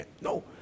no